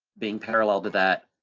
being parallel to that.